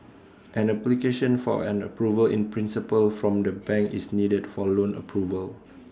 an application for an approval in principle from the bank is needed for loan approval